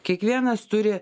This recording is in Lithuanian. kiekvienas turi